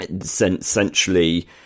essentially